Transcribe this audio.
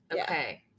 Okay